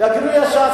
זה עוד ברית הזוגיות?